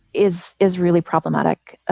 is is really problematic.